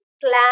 plan